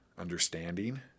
understanding